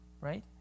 right